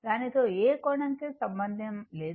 దానితో ఏ కోణం కి సంబంధం లేదు